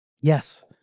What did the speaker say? Yes